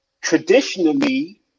traditionally